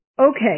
Okay